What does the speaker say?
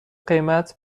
قیمت